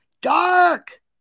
Dark